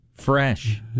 Fresh